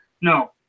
No